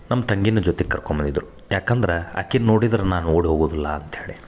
ನಮ್ಮ ತಂಗಿನು ಜೊತಿಗೆ ಕರ್ಕೊಂಬಂದಿದ್ದರು ಯಾಕಂದ್ರೆ ಆಕಿನ ನೋಡಿದ್ರೆ ನಾನು ಓಡಿ ಹೋಗುದಿಲ್ಲ ಅಂತ್ಹೇಳಿ